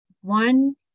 One